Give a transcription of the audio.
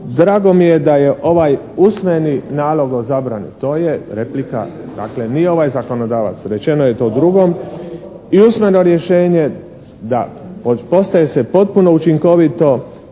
drago mi je da je ovaj usmeni nalog o zabrani, to je replika, dakle nije ovaj zakonodavac, rečeno je to drugom i usmeno rješenje, da postaje se potpuno učinkovito